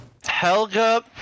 Helga